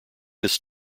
this